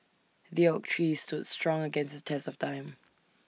the oak tree stood strong against the test of time